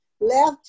left